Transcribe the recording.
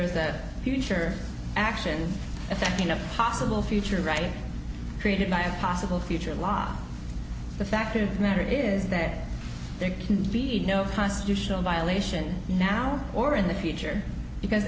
that future action affecting a possible future reddit created by a possible future law the fact of the matter is that there can be no constitutional violation now or in the future because